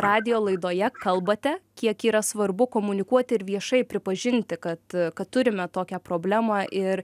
radijo laidoje kalbate kiek yra svarbu komunikuoti ir viešai pripažinti kad kad turime tokią problemą ir